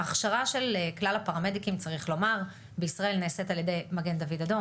ההכשרה של כלל הפרמדיקים צריך לומר בישראל נעשית על ידי מגן דוד אדום,